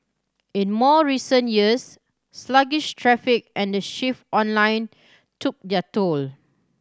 in more recent years sluggish traffic and the shift online took their toll